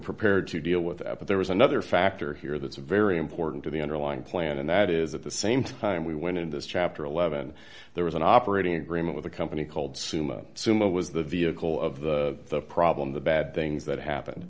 prepared to deal with that but there was another factor here that's very important to the underlying plan and that is at the same time we went in this chapter eleven there was an operating agreement with a company called suma summa was the vehicle of the problem the bad things that happened